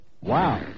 Wow